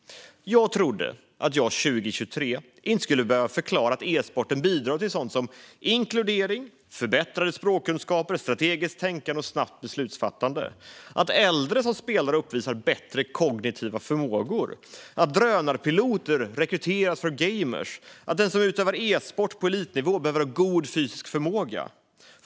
Jag trodde att jag 2023 inte skulle behöva förklara att e-sporten bidrar till sådant som inkludering, förbättrade språkkunskaper, strategiskt tänkande och snabbt beslutsfattande - inte heller att äldre som spelar uppvisar bättre kognitiva egenskaper, att drönarpiloter rekryteras bland gamers och att den som utövar e-sport på elitnivå behöver ha god fysisk förmåga.